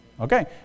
Okay